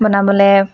বনাবলৈ